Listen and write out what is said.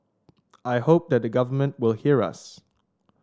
I hope that the government will hear us